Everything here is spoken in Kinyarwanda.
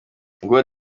nguwo